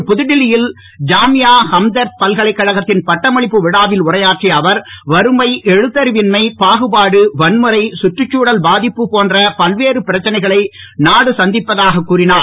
இன்று புதுடெல்லியில் ஜாமியா ஹம்தர்த் பல்லைக்கழகத்தின் பட்டமளிப்பு விழாவில் உரையாற்றிய அவர் வறுமை எழுத்தறிவின்மை பாகுபாடு வன்முறை கற்றுச்தழல் பாதிப்பு போன்ற பல்வேறு பிரச்னைகளை நாடு சந்திப்பதாக கூறினார்